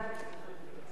בהחלט היה שווה לחכות.